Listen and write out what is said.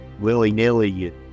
willy-nilly